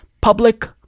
Public